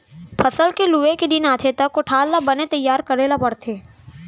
फसल के लूए के दिन आथे त कोठार ल बने तइयार करे ल परथे